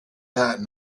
that